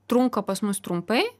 trunka pas mus trumpai